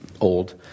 old